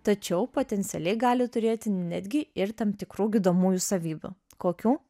tačiau potencialiai gali turėti netgi ir tam tikrų gydomųjų savybių kokių